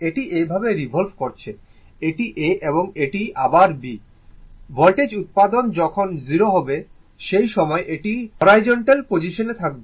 এটি এইভাবে রিভল্ভ করছে এটি A এবং এটি আবার B ভোল্টেজ উত্পাদন যখন 0 হবে সেই সময় এটি হরাইজন্টাল পজিশনে থাকবে